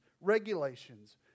regulations